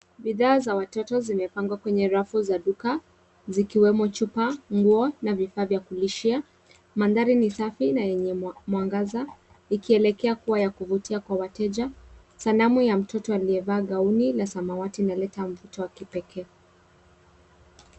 Bidhaa za watoto zimepangwa kwenye rafu za duka zikiwemo chupa , nguo na vifaa vya kulishia. Mandhari ni safi na yenye mwangaza ikielekea kuwa ya kuvutia kwa wateja . Sanamu ya mtoto aliyevaa gauni la samawati linaleta mvuto wa kipekee.